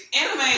Anime